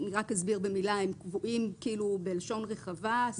אני אסביר במילה קבועים בלשון רחבה,